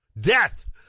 Death